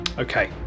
Okay